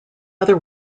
other